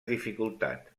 dificultat